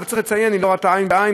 אבל צריך לציין: היא לא ראתה עין בעין,